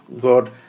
God